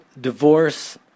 divorce